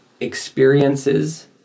experiences